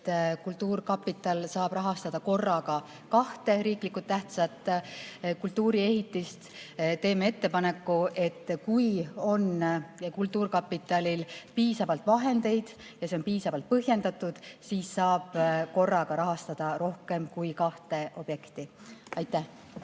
et kultuurkapital saab rahastada korraga kahte riiklikult tähtsat kultuuriehitist. Teeme ettepaneku, et kui kultuurkapitalil on piisavalt vahendeid ja see on piisavalt põhjendatud, siis saab korraga rahastada rohkem kui kahte objekti. Aitäh!